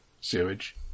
sewage